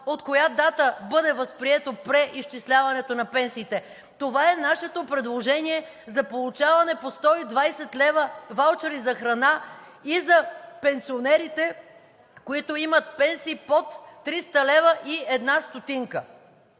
от коя дата бъде възприето преизчисляването на пенсиите. Това е нашето предложение за получаване по 120 лв. ваучери за храна и за пенсионерите, които имат пенсии под 300,001 лв. Това